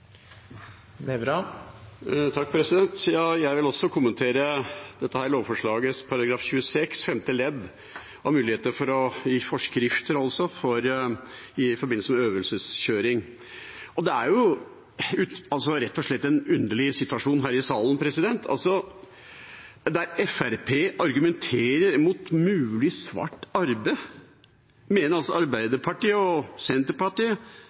Jeg vil også kommentere dette lovforslagets § 26 femte ledd om muligheter til å gi forskrifter i forbindelse med øvelseskjøring. Det er rett og slett en underlig situasjon her i salen. Der Fremskrittspartiet argumenterer mot mulig svart arbeid, mener altså Arbeiderpartiet og Senterpartiet